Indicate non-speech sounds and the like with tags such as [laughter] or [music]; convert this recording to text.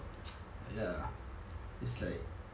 [noise] ya it's like